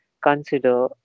consider